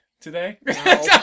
today